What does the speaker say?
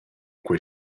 quei